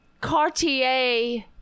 Cartier